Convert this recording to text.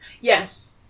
Yes